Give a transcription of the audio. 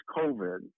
COVID